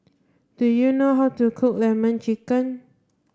do you know how to cook lemon chicken